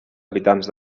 habitants